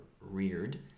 reared